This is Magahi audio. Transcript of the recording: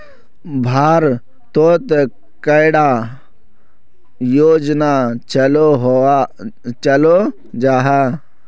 भारत तोत कैडा योजना चलो जाहा?